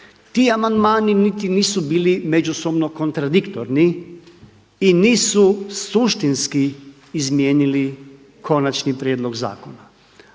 Ti amandmani niti nisu bili međusobno kontradiktorni i nisu suštinski izmijenili konačni prijedlog zakona.